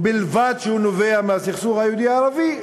ובלבד שהוא נובע מהסכסוך היהודי ערבי,